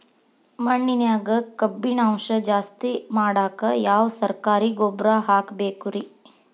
ಮಣ್ಣಿನ್ಯಾಗ ಕಬ್ಬಿಣಾಂಶ ಜಾಸ್ತಿ ಮಾಡಾಕ ಯಾವ ಸರಕಾರಿ ಗೊಬ್ಬರ ಹಾಕಬೇಕು ರಿ?